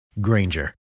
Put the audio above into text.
Granger